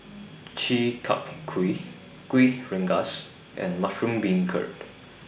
Chi Kak Kuih Kuih Rengas and Mushroom Beancurd